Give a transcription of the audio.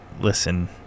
listen